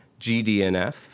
GDNF